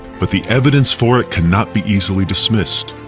but the evidence for it cannot be easily dismissed.